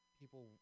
people